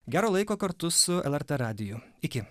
gera laiko kartu su el er t radiju iki